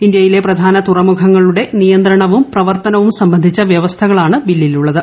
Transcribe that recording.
ഇന്തൃയിലെ പ്രധാന തുറമുഖങ്ങളുടെ നിയന്ത്രണവും പ്രവർത്തനവും സംബന്ധിച്ച വൃവസ്ഥകളാണ് ബില്ലിലുള്ളത്